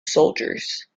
soldiers